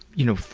you know,